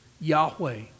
Yahweh